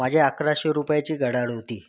माझे अकराशे रुपयाची घड्याळ होती